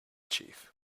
chief